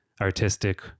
artistic